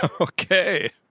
Okay